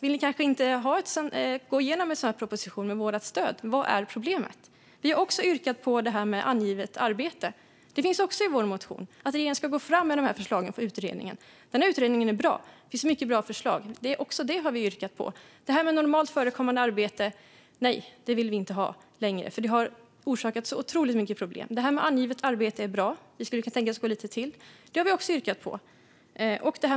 Vill ni kanske inte få igenom en sådan proposition med vårt stöd? Vad är problemet? Vi har också ett yrkande om detta med angivet arbete. Det finns också i vår motion, det vill säga att regeringen ska gå fram med de här förslagen från utredningen. Utredningen är bra. Det finns många bra förslag. Det här med normalt förekommande arbete säger vi nej till. Det vill vi inte ha längre, för det har orsakat otroligt mycket problem. Det här med angivet arbete är bra, även om vi skulle kunna tänka oss att gå lite längre. Det har vi också ett yrkande om.